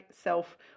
self